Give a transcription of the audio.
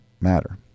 matter